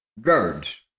guards